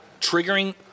triggering